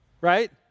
Right